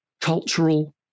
cultural